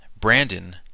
Brandon